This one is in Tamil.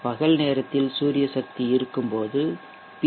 எனவே பகல் நேரத்தில் சூரிய சக்தி இருக்கும்போது பி